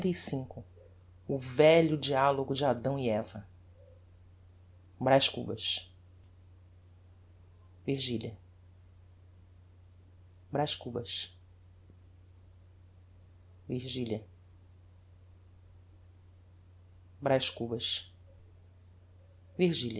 lv o velho dialogo de adão e eva braz cubas virgilia braz cubas virgilia braz cubas